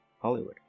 Hollywood